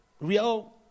Real